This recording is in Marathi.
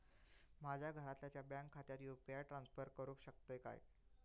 माझ्या घरातल्याच्या बँक खात्यात यू.पी.आय ट्रान्स्फर करुक शकतय काय?